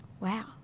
wow